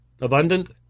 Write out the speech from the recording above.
abundant